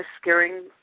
scaring